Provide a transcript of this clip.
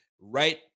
right